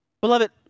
Beloved